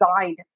designed